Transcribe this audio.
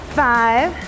five